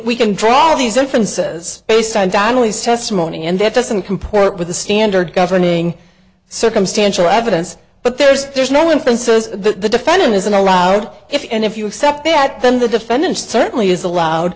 we can draw these inferences based on donnelly's testimony and that doesn't comport with the standard governing circumstantial evidence but there's there's no inferences the defendant isn't allowed if and if you accept that then the defendant certainly is allowed